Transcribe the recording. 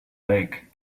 lake